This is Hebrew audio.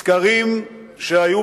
סקרים שנעשו